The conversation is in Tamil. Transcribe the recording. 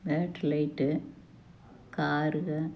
battery light காருகள்